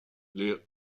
les